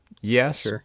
yes